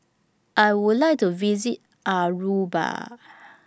I Would like to visit Aruba